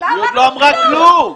עוד לא אמרתי כלום.